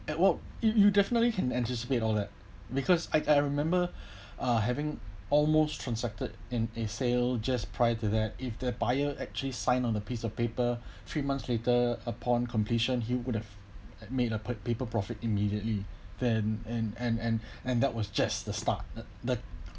at what you you definitely can anticipate all that because I I remember uh having almost transacted in a sale just prior to that if the buyer actually sign on a piece of paper three months later upon completion he would have made a p~ paper profit immediately then and and and and that was just the start that that